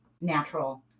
natural